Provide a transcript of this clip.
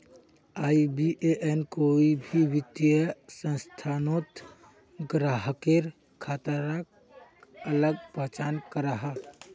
IBAN कोई भी वित्तिय संस्थानोत ग्राह्केर खाताक अलग पहचान कराहा